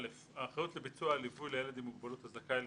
האחריות לביצוע הליווי לילד עם מוגבלות הזכאי לקבלו,